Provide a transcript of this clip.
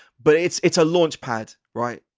but it's it's a launch pad, right?